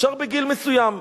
אפשר בגיל מסוים,